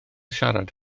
siarad